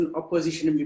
opposition